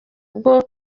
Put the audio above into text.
bwo